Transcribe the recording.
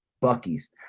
bucky's